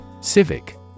Civic